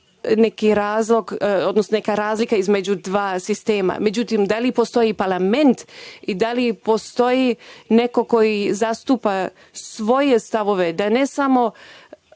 neki razlog, odnosno neka razlika između dva sistema. Međutim, da li postoji parlament i da li postoji neko ko zastupa svoje stavove, da ne samo